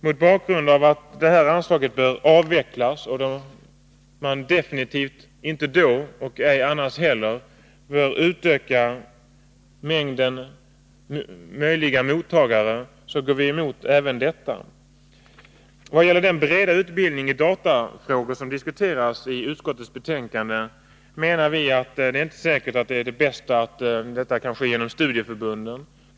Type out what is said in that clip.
Mot bakgrund av att detta anslag bör avvecklas och man definitivt inte då — och ej annars heller — bör utöka mängden möjliga mottagare, går vi emot även detta. Vad gäller den breda utbildning i datafrågor som diskuteras i utskottsbetänkandet menar vi att det inte är säkert att detta kan ske på bästa sätt genom studieförbunden.